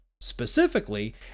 Specifically